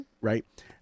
Right